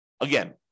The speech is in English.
Again